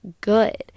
good